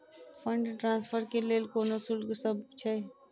Fund transfer केँ लेल कोनो शुल्कसभ छै?